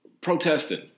protesting